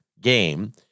game